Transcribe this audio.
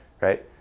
right